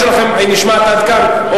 חבר הכנסת אזולאי, ההתייעצות שלכם נשמעת עד כאן.